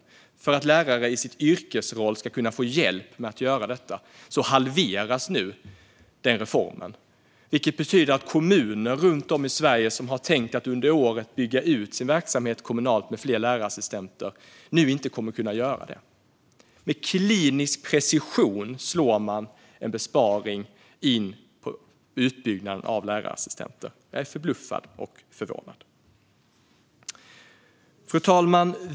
Men i stället för att lärare i sin yrkesroll ska kunna få hjälp med att göra detta halveras nu den reformen, vilket betyder att kommuner runt om i Sverige som har tänkt att under året bygga ut sin verksamhet med fler lärarassistenter inte kommer att kunna göra det. Med klinisk precision slår man en besparing mot utbyggnaden av lärarassistenter. Jag är förbluffad och förvånad. Fru talman!